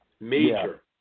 Major